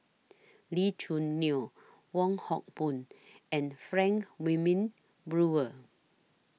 Lee Choo Neo Wong Hock Boon and Frank Wilmin Brewer